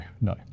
no